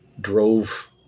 drove